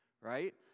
right